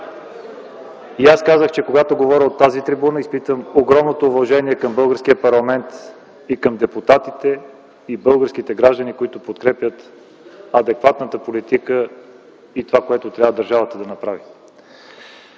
Аз казах, че когато говоря от тази трибуна, изпитвам огромно уважение към българския парламент, към депутатите и българските граждани, които подкрепят адекватната политика и това, което държавата трябва да направи.